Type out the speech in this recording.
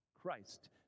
Christ